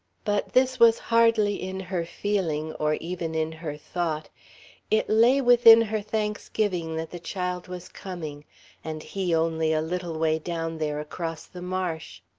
but this was hardly in her feeling, or even in her thought it lay within her thanksgiving that the child was coming and he only a little way down there across the marsh.